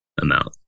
amount